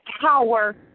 power